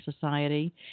Society